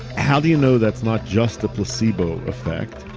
how do you know that's not just a placebo effect?